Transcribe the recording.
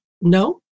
no